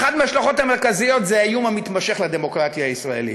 אחת מההשלכות המרכזיות זה האיום המתמשך לדמוקרטיה הישראלית.